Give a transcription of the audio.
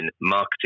marketing